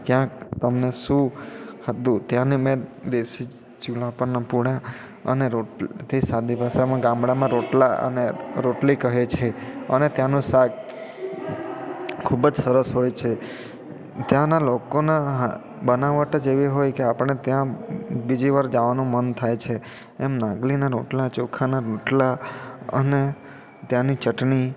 ક્યાંક તમને શું ખાધું ત્યાંની મેં દેશી ચૂલા પરના પૂળા અને રોટલી સાદી ભાષામાં ગામડામાં રોટલા અને રોટલી કહે છે અને ત્યાંનું શાક ખૂબ જ સરસ હોય છે ત્યાંના લોકોના આ બનાવટ જ એવી હોય કે આપણે ત્યાં બીજી વાર જાવાનું મન થાય છે એમ નાગલીના રોટલા ચોખાના રોટલા અને ત્યાંની ચટણી